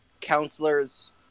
counselors